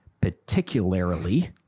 particularly